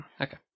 okay